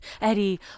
Eddie